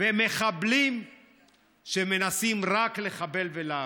ומחבלים שמנסים רק לחבל ולהרוג.